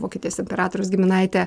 vokietijos imperatoriaus giminaitė